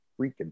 freaking